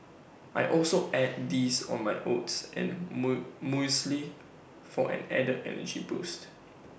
I also add these on my oats and mu muesli for an added energy boost